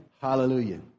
Hallelujah